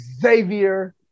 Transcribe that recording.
Xavier